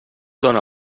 dóna